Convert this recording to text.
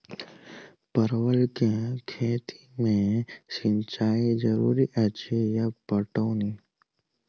परवल केँ खेती मे सिंचाई जरूरी अछि या पटौनी?